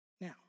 now